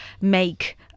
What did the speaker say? make